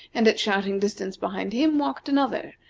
and at shouting distance behind him walked another,